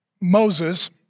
Moses